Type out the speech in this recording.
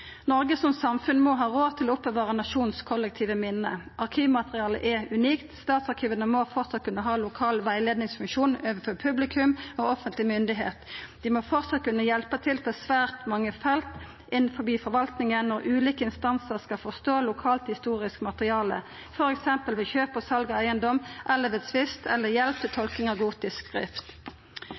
Noreg som samfunn må ha råd til å oppbevara nasjonens kollektive minne. Arkivmateriale er unikt, statsarkiva må framleis kunna ha lokal rettleiingsfunksjon overfor publikum og offentleg myndigheit. Dei må framleis kunna hjelpa til på svært mange felt innanfor forvaltinga. Ulike instansar skal forstå lokalhistorisk materiale, f.eks. ved kjøp og sal av eigedom, ved tvistar eller ved hjelp til tolking av gotisk